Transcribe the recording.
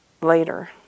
Later